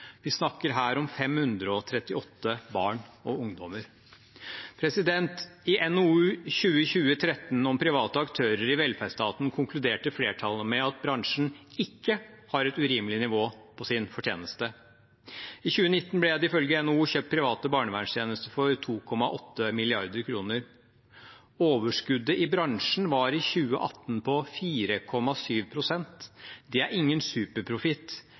Vi snakker her om 538 barn og ungdommer. I NOU 2020: 13, Private aktører i velferdsstaten, konkluderte flertallet med at bransjen ikke har et urimelig nivå på sin fortjeneste. I 2019 ble det ifølge NHO kjøpt private barnevernstjenester for 2,8 mrd. kr. Overskuddet i bransjen var i 2018 på 4,7 pst. Det er ingen superprofitt.